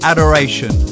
Adoration